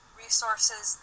resources